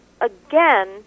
again